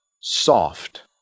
soft